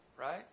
Right